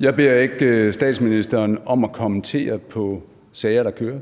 Jeg beder ikke statsministeren om at kommentere på sager, der kører.